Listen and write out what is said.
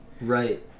Right